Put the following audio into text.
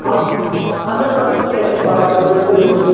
اَدٕ اَدٕ حظ اَدٕ حظ کیٚنہہ چھُنہٕ پَرواے ؤلِو تُہۍ یوٗرۍ